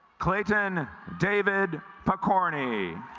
clayton david pokorny